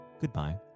goodbye